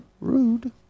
Rude